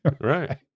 Right